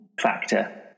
factor